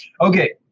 Okay